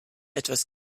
etwas